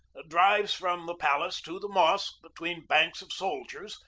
drives from the palace to the mosque between banks of soldiers,